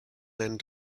end